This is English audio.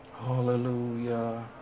Hallelujah